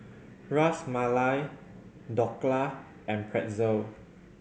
Ras Malai Dhokla and Pretzel